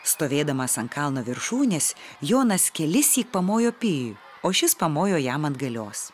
stovėdamas ant kalno viršūnės jonas kelissyk pamojo pijui o šis pamojo jam atgalios